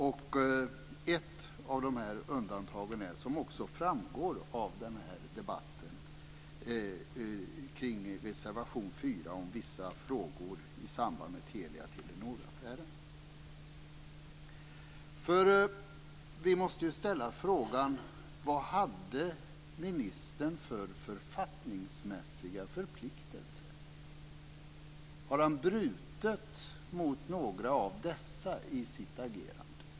Ett av undantagen är, som också framgår av debatten, kring reservation 4 Vissa frågor i samband med Telia-Telefon-affären. Vi måste ställa frågan: Vilka författningsmässiga förpliktelser hade ministern? Har han brutit mot några av dem i sitt agerande?